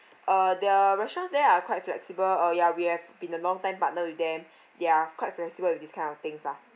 uh their restaurants there are quite flexible uh ya we have been a long time partner with them they are quite flexible with this kind of things lah